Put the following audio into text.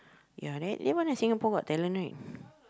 ya then that one the Singapore-Got-Talent right